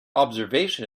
observation